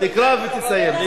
תקרא ותסיים.